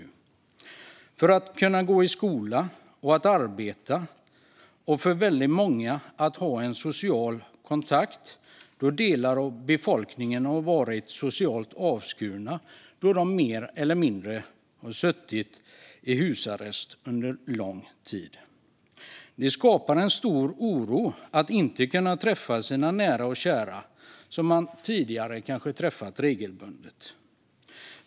Man behöver den för att kunna gå i skola eller arbeta, och för väldigt många är den nödvändig för att kunna ha en social kontakt. Delar av befolkningen har vart socialt avskurna, då människor mer eller mindre har suttit i husarrest under lång tid. Det skapar en stor oro att inte kunna träffa sina nära och kära som man tidigare kanske träffat regelbundet.